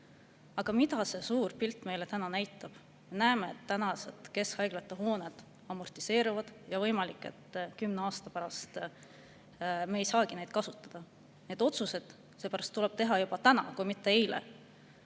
Mida see suur pilt meile täna näitab? Näeme, et praegused keskhaiglate hooned amortiseeruvad ja on võimalik, et kümne aasta pärast me ei saagi neid kasutada. Need otsused tuleb seepärast teha juba täna, [õigemini